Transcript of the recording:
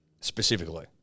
Specifically